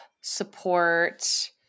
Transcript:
support